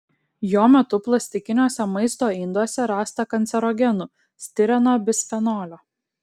jo metu plastikiniuose maisto induose rasta kancerogenų stireno bisfenolio